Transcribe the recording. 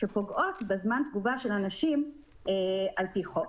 שפוגעות בזמן תגובה של אנשים על פי חוק.